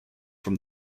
from